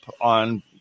on